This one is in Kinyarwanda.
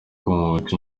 kumuca